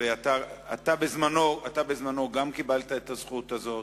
ואתה בזמנך גם קיבלת את הזכות הזאת.